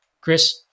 Chris